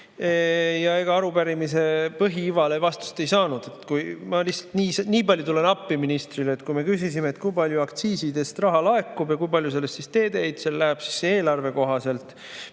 Ega arupärimise põhiivale vastust ei saanud. Ma lihtsalt nii palju tulen ministrile appi – me küsisime, kui palju aktsiisidest raha laekub ja kui palju sellest teedeehitusele läheb: eelarve kohaselt